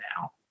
now